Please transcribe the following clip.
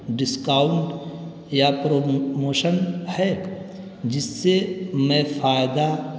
discount یا promotion ہے جس سے میں فائدہ